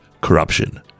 corruption